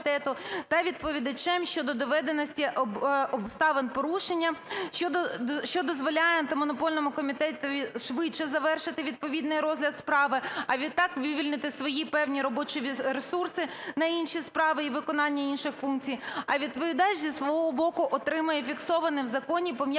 та відповідачем щодо доведеності обставин порушення, що дозволяє Антимонопольному комітету швидше завершити відповідний розгляд справи, а відтак вивільнити свої певні робочі ресурси на інші справи і виконання інших функцій, а відповідач зі свого боку отримає фіксоване в законі пом'якшення